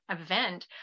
event